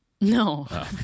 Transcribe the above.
No